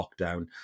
lockdown